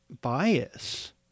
bias